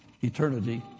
eternity